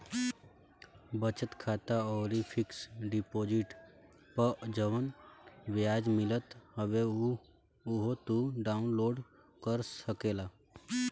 बचत खाता अउरी फिक्स डिपोजिट पअ जवन बियाज मिलत हवे उहो तू डाउन लोड कर सकेला